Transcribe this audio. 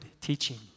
teaching